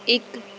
ਇੱਕ